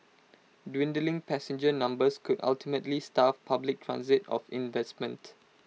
dwindling passenger numbers could ultimately starve public transit of investment